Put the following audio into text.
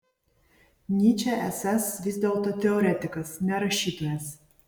nyčė esąs vis dėlto teoretikas ne rašytojas